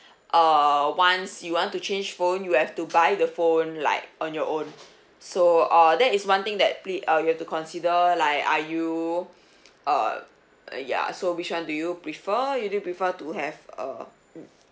err once you want to change phone you have to buy the phone like on your own so uh that is one thing that pli~ you have to consider like are you uh uh ya so which one do you prefer you do you prefer to have uh mm